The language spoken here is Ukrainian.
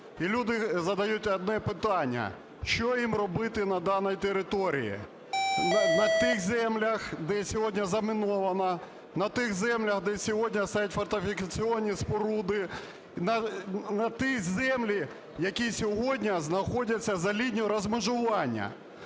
І люди задають одне питання: що їм робити на даній території, на тих землях, де сьогодні заміновано, на тих землях, де сьогодні стоять фортифікаційні споруди, на тих землях, які сьогодні знаходяться за лінією розмежування.